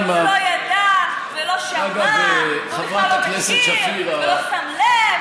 הוא לא ידע ולא שמע ולא הכיר ולא שם לב,